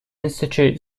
institute